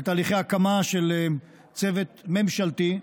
בתהליכי הקמה של צוות ממשלתי,